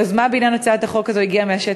היוזמה להצעת החוק הזאת הגיעה מהשטח.